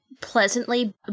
pleasantly